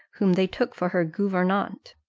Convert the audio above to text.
whom they took for her gouvernante.